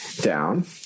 down